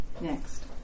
next